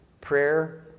Prayer